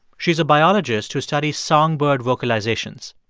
she's a biologist who studies songbird vocalizations.